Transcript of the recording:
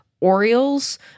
orioles